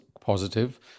positive